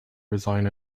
resign